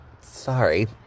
Sorry